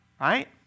right